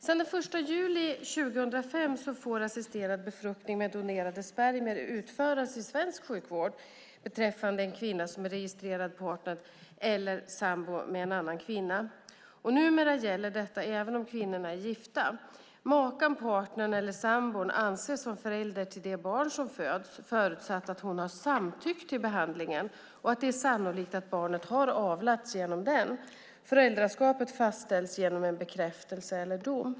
Sedan den 1 juli 2005 får assisterad befruktning med donerade spermier utföras i svensk sjukvård beträffande en kvinna som är registrerad partner eller sambo med en annan kvinna. Numera gäller detta även om kvinnorna är gifta. Makan, partnern eller sambon anses som förälder till det barn som föds, förutsatt att hon har samtyckt till behandlingen och att det är sannolikt att barnet har avlats genom den. Föräldraskapet fastställs genom bekräftelse eller dom.